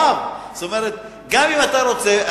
ו'; כלומר גם אם אתה רוצה,